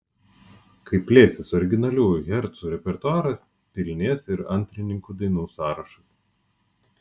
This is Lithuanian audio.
kai plėsis originaliųjų hercų repertuaras pilnės ir antrininkų dainų sąrašas